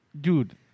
Dude